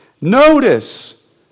Notice